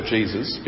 Jesus